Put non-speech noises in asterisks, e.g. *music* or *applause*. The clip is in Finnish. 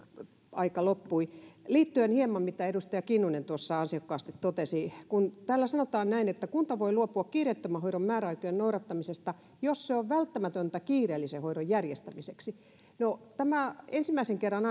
aika loppui liittyen hieman siihen mitä edustaja kinnunen tuossa ansiokkaasti totesi kun täällä sanotaan näin että kunta voi luopua kiireettömän hoidon määräaikojen noudattamisesta jos se on välttämätöntä kiireellisen hoidon järjestämiseksi ja tämä asetus annettiin ensimmäisen kerran *unintelligible*